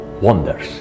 wonders